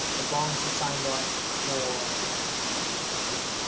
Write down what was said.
as long as you signed up for this